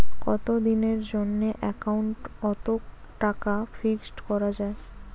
কতদিনের জন্যে একাউন্ট ওত টাকা ফিক্সড করা যায়?